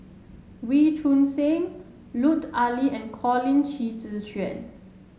Wee Choon Seng Lut Ali and Colin Qi Zhe Quan